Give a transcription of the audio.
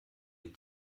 die